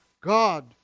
God